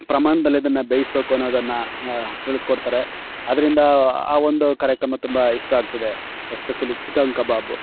ಪ್ರಮಾಣದಲ್ಲಿ ಅದನ್ನು ಬೇಯಿಸಬೇಕು ಅನ್ನೋದನ್ನು ಅ ತಿಳಿಸ್ಕೊಡ್ತಾರೆ ಅದರಿಂದ ಆ ಒಂದು ಕಾರ್ಯಕ್ರಮ ತುಂಬ ಇಷ್ಟ ಆಗ್ತದೆ ಎಸ್ಪೆಷಲಿ ಚಿಕನ್ ಕಬಾಬು